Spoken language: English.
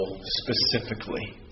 specifically